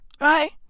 Right